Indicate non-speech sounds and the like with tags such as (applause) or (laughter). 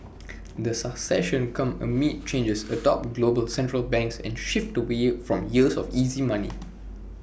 (noise) the succession comes amid changes atop global central banks and shift away from years of easy money (noise)